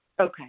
okay